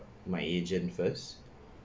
my agent first